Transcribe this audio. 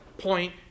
point